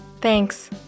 Thanks